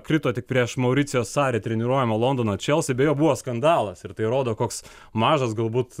krito tik prieš mauricijo sari treniruojamą londono chelsea beje buvo skandalas ir tai rodo koks mažas galbūt